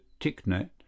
Ticknet